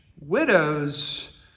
widows